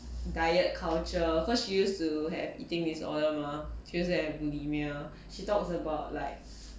diet culture cause she used to have eating disorder mah she use to have bulimia she talks about like